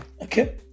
Okay